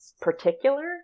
particular